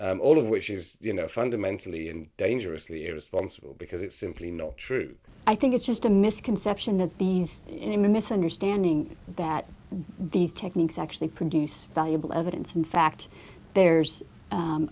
of which is you know fundamentally and dangerously irresponsible because it's simply not true i think it's just a misconception that these in a misunderstanding that these techniques actually produce valuable evidence in fact there's